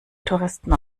touristen